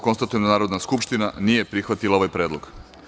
Konstatujem da Narodna skupština nije prihvatila ovaj predlog.